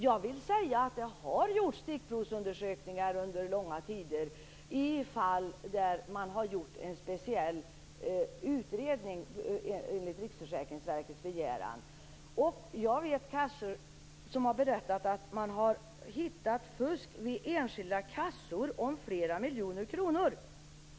Jag vill säga att det har gjorts stickprovsundersökningar under långa tider i fall där man har gjort en speciell utredning enligt Riksförsäkringsverkets begäran. Jag vet kassor som har berättat att man har hittat fusk vid enskilda kassor för flera miljoner kronor.